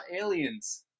aliens